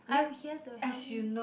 I'm here to help you